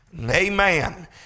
Amen